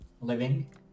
living